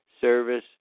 service